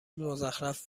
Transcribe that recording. مزخرف